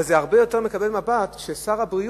אבל זה מקבל מבט הרבה יותר, כשסגן שר הבריאות